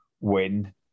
win